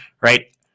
right